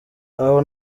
aho